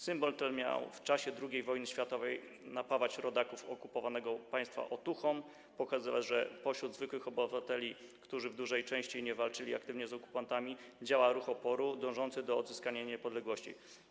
Symbol ten miał w czasie II wojny światowej napawać rodaków okupowanego państwa otuchą, pokazywać, że pośród zwykłych obywateli, którzy w dużej części nie walczyli aktywnie z okupantami, działa ruch oporu dążący do odzyskania niepodległości.